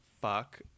fuck